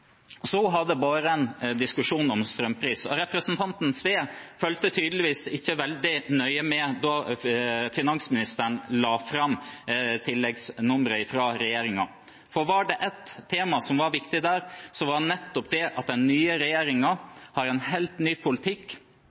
Så har det vært en diskusjon om strømpris. Representanten Sve fulgte tydeligvis ikke veldig nøye med da finansministeren la fram tilleggsnummeret fra regjeringen, for var det ett tema som var viktig der, var det nettopp at den nye regjeringen har en helt ny politikk